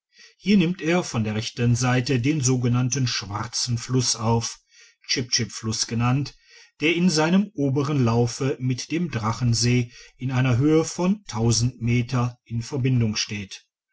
hier nimmt er von der rechten seite den sogenannten schwarzen fluss auf chipchip fluss genannt der in seinem oberen laufe mit dem drachensee in einer höhe von meter in verbindung steht